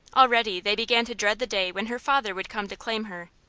already they began to dread the day when her father would come to claim her,